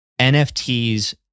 NFTs